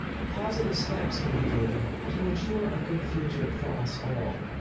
positive steps can be taken to ensure a good future for us all.